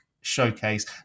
showcase